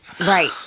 Right